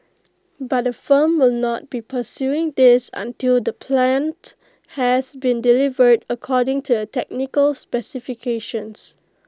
but the firm will not be pursuing this until the plant has been delivered according to the technical specifications